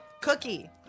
Cookie